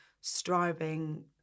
striving